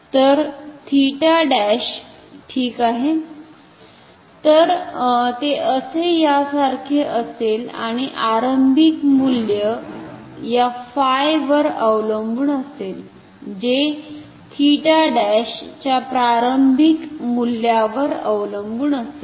तर 𝜃 ′ ठीक आहे तर ते असे यासारखे असेल आणि आरंभिक मूल्य या फाय वर अवलंबून असेल जे 𝜃′ च्या प्रारंभिक मूल्यावर अवलंबून असेल